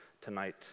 tonight